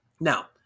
Now